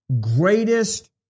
greatest